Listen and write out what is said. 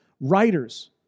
writers